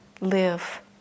live